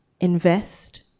invest